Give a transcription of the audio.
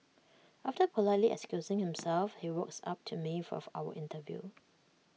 after politely excusing himself he walks up to me for our interview